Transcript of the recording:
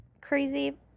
crazy